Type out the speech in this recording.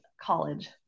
college